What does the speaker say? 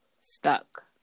stuck